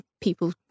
people